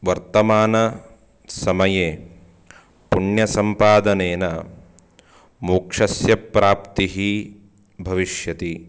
वर्तमान समये पुण्यसम्पादनेन मोक्षस्य प्राप्तिः भविष्यति